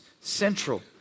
central